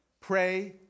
Pray